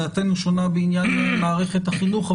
דעתנו שונה בעניין מערכת החינוך,